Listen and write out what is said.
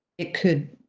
it could,